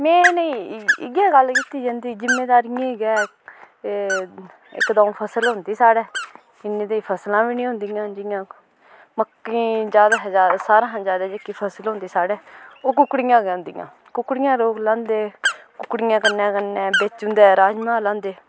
main एह् इ'यै गल्ल कीती जंदी जिमींदारी गै ते इक द'ऊं फसलां होंदी साढ़ै इन्नियां ते फसलां बी नेईं होंदियां न मक्कां ज्यादा शा ज्यादा सारें शा ज्यादा जेह्की फसल होंदी साढ़ै ओह् कुकड़ियां गै होंदियां कुकड़ियां लोग रांह्दे कुकड़ियें कन्नै कन्नै बिच्च उं'दे राजमा लांदे